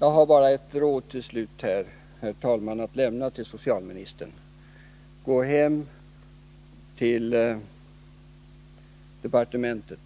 Jag har till slut bara ett råd att ge socialministern: Gå hem till departementet